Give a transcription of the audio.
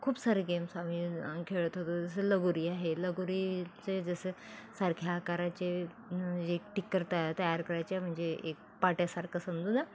खूप सारे गेम्स आम्ही खेळत होतो जसं लगोरी आहे लगोरीचे जसं सारख्या आकाराचे एक टिकर तया तयार करायचे म्हणजे एक पाट्यासारखं समजून